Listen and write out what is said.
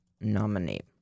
nominate